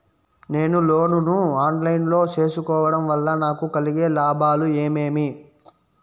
నేను లోను ను online లో సేసుకోవడం వల్ల నాకు కలిగే లాభాలు ఏమేమీ?